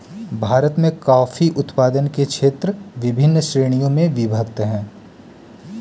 भारत में कॉफी उत्पादन के क्षेत्र विभिन्न श्रेणियों में विभक्त हैं